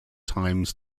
times